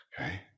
Okay